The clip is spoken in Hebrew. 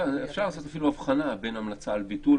אפשר לעשות אפילו הבחנה בין המלצה על ביטול.